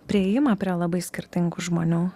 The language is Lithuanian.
priėjimą prie labai skirtingų žmonių